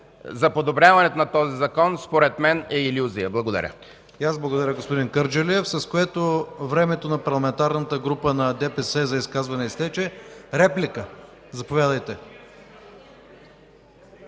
за подобряването на този Законопроект, според мен, е илюзия. Благодаря.